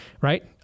Right